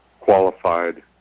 qualified